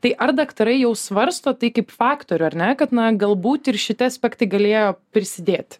tai ar daktarai jau svarsto tai kaip faktorių ar ne kad na galbūt ir šiti aspektai galėjo prisidėti